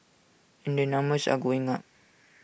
and the numbers are going up